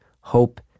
hope